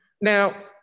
Now